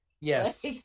Yes